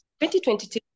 2022